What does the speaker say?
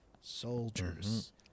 soldiers